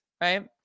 right